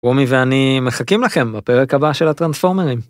רוני ואני מחכים לכם בפרק הבא של הטרנספורמרים.